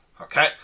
Okay